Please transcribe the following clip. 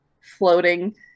floating